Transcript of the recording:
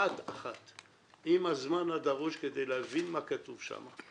אחת אחת, עם הזמן הדרוש כדי להבין מה כתוב שמה,